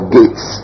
gates